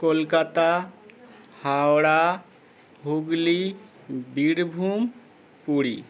Kolkata Howrah Hooghly Birbhum Puri